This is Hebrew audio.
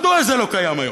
מדוע זה לא קיים היום?